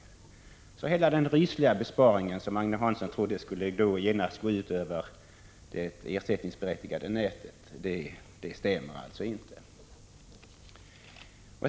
Talet om hela den rysliga besparing som, enligt vad Agne Hansson trodde, genast skulle gå ut över det ersättningsberättigade nätet stämmer alltså inte.